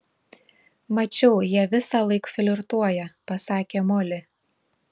mačiau jie visąlaik flirtuoja pasakė moli